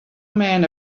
man